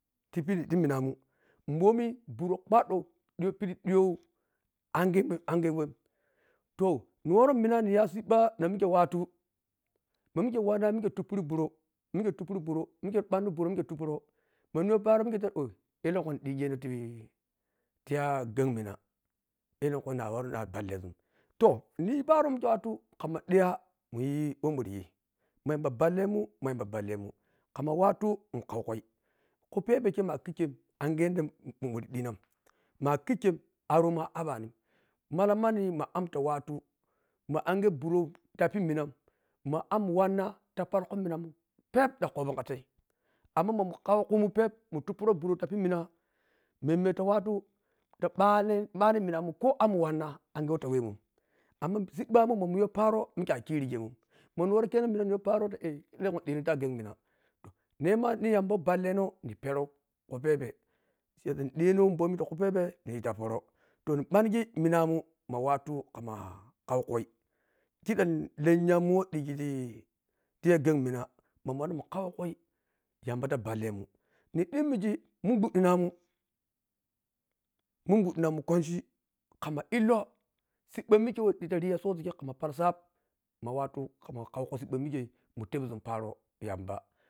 Ti pidhi ging minamim bhom bhuro kwadhou ddhiya pidhe dheyho anghai wem anghai wem to ni woro mina niya siɓɓ na mamikhe watu mamikhe wanna mikhe tuppiri bhuro mikhe tuppiri bhuro mikhe bwannu bhuro mikhe tuppuro maneyho paro mikhe tass ellekhu nidhigheno tiya gang mina ellen khunhi na woriyha balleʒunum to ninyi paro na mame khe watu khmma dhiya munyi wa muryi ma yamba ballemun ma yamba ballemin kama watu munkhua khui khuphebe khe ma’a kikkyem anhye yadda muridhim ma’a likkhem aromun a’abanim mallam ma ngighe bhurum ta piminam ma am wanna ta palikhu minamun peep dhankhobina khatai amma maman khawo khumun peep muntuporo bhuro ti pimina “aa” memme ta watu ta bwani minamun khi am wanna angye wah ta wamunim amma sibba min mamunyho pari mukhe alhirigemun mani woro minaninyhi paro ta dhenhi ta gang mina nhi yamba wah barkwanho niperou khuphebe siyasa nidheno te khuphebe nidha ta proro to nibangi minamun wa mwatu khwamman khaukhui kidham lennyha mu wah dhigi ti ya gang mina mamun wanna mun khaukhui yamba ta ballemun nidhimigi mun gbwadhina mun mungbwadhinamun kwanchi khamma illoh sibba mikhe wa dhitari yasozo khe khwamma palli sab mu watu muntabsun paroni yamba